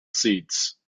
seats